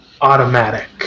automatic